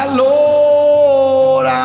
lord